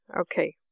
Okay